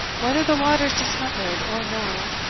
whether the water is discovered or no.